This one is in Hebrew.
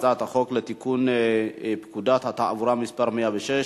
הצעת חוק לתיקון פקודת התעבורה (מס' 106)